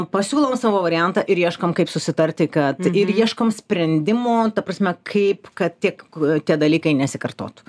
pasiūlom savo variantą ir ieškom kaip susitarti kad ieškom sprendimo ta prasme kaip kad tiek tie dalykai nesikartotų